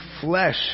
flesh